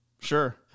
Sure